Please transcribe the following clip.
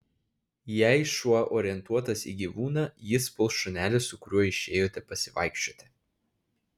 jei šuo orientuotas į gyvūną jis puls šunelį su kuriuo išėjote pasivaikščioti